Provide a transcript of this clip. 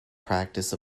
practice